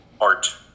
art